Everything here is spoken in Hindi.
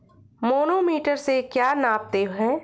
मैनोमीटर से क्या नापते हैं?